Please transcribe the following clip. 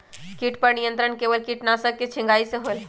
किट पर नियंत्रण केवल किटनाशक के छिंगहाई से होल?